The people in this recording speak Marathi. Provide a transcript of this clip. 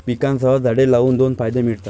पिकांसह झाडे लावून दोन फायदे मिळतात